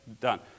done